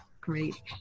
Great